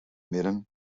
midden